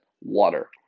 water